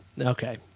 Okay